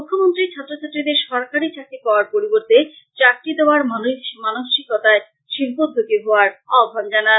মুখ্যমন্ত্রী ছাত্র ছাত্রীদের সরকারী চাকরি পাওয়ার পরিবর্তে চাকরি দেওয়ার মানসিকতায় শিল্প উদ্যোগী হওয়ার আহ্বান জানান